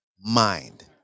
mind